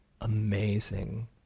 amazing